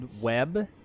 web